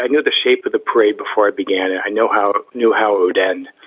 i knew the shape of the parade before it began and i know how knew how it would end.